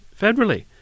federally